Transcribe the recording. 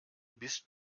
bist